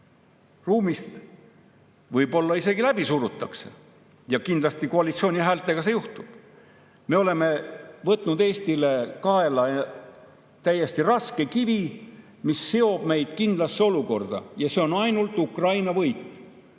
ruumis küllap läbi surutakse? Kindlasti koalitsiooni häältega see juhtub. Me oleme võtnud Eestile kaela raske kivi, mis seab meid ühte kindlasse olukorda, ja see on ainult Ukraina võit.